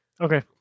Okay